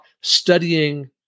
studying